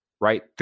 Right